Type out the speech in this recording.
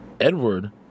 Edward